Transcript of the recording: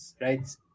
right